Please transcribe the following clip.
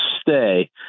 stay